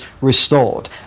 restored